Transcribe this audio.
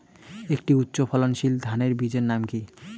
একটি উচ্চ ফলনশীল ধানের বীজের নাম কী?